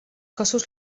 cossos